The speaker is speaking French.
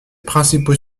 principaux